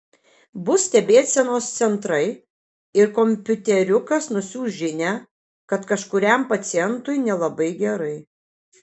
bus stebėsenos centrai ir kompiuteriukas nusiųs žinią kad kažkuriam pacientui nelabai gerai